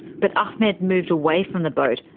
but ahmed moved away from the boat,